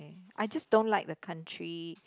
I just don't like the country